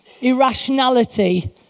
irrationality